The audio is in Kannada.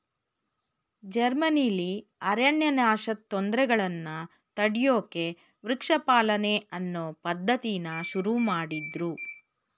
ಜರ್ಮನಿಲಿ ಅರಣ್ಯನಾಶದ್ ತೊಂದ್ರೆಗಳನ್ನ ತಡ್ಯೋಕೆ ವೃಕ್ಷ ಪಾಲನೆ ಅನ್ನೋ ಪದ್ಧತಿನ ಶುರುಮಾಡುದ್ರು